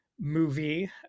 movie